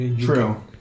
True